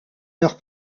leur